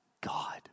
God